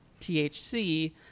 THC